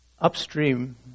Upstream